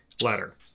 letter